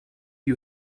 you